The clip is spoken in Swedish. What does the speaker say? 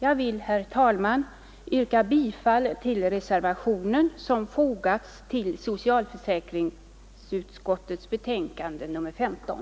Jag vill, herr talman, yrka bifall till den reservation som fogats vid socialförsäkringsutskottets betänkande nr 15.